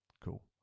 Cool